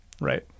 Right